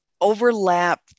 overlap